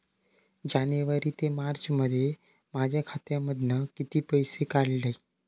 जानेवारी ते मार्चमध्ये माझ्या खात्यामधना किती पैसे काढलय?